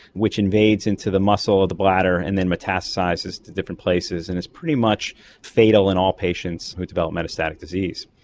which invades into the muscle of the bladder and then metastasises to different places and is pretty much fatal in all patients who develop metastatic disease.